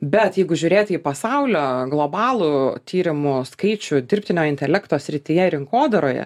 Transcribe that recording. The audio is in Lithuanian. bet jeigu žiūrėti į pasaulio globalų tyrimų skaičių dirbtinio intelekto srityje rinkodaroje